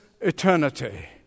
eternity